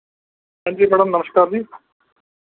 ਹਾਂਜੀ ਮੈਡਮ ਨਮਸਕਾਰ ਜੀ